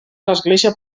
l’església